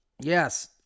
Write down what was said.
Yes